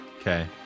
Okay